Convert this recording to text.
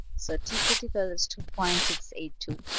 so t-critical is two point six eight two.